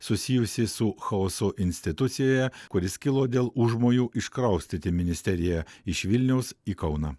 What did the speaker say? susijusį su chaosu institucijoje kuris kilo dėl užmojų iškraustyti ministeriją iš vilniaus į kauną